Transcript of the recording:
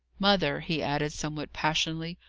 mother he added somewhat passionately,